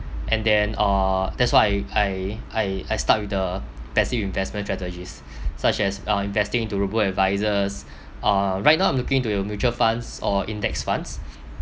and then uh that's why I I I start with the passive investment strategies such as uh investing into robo advisors uh right now I'm looking into uh mutual funds or index funds